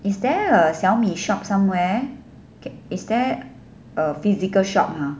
is there a Xiaomi shop somewhere is is there a physical shop !huh!